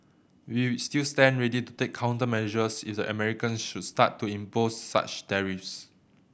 we still stand ready to take countermeasures if the Americans should start to impose such tariffs